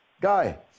guy